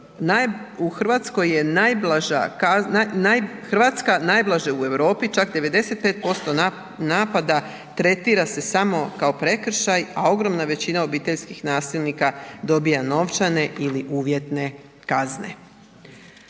Hrvatska najblaže u Europi, čak 95% napada tretira se samo kao prekršaj, a ogromna većina obiteljskih nasilnika dobiva novčane ili uvjetne kazne.